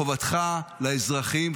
בחובתך לאזרחים,